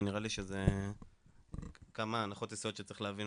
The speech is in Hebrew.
כי נראה לי שיש כמה הנחות יסוד שצריך להבין